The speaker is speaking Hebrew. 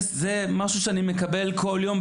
זה משהו שאני מקבל כל יום.